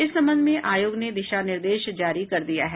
इस संबंध में आयोग ने दिशा निर्देश जारी कर दिया है